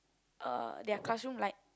uh their classroom light